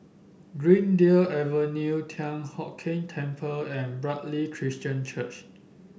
Greendale Avenue Thian Hock Keng Temple and Bartley Christian Church